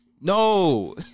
No